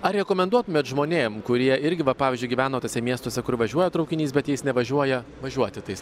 ar rekomenduotumėt žmonėm kurie irgi va pavyzdžiui gyvena tuose miestuose kur važiuoja traukinys bet jais nevažiuoja važiuoti tais